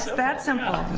that's um